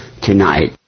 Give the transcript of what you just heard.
tonight